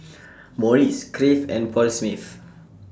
Morries Crave and Paul Smith